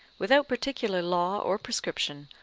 without particular law or prescription,